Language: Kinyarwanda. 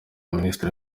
minisitiri